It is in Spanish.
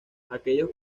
aquellos